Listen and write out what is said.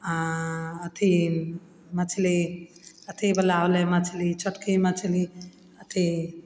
आओर अथी मछली अथीवला होलय मछली छोटकी मछली अथी